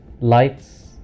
lights